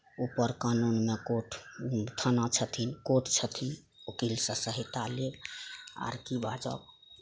ऊपर कानूनमे कोर्ट थाना छथिन कोर्ट छथिन वकील सऽ सहायता लेब आर की बाजब